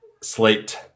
slate